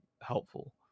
helpful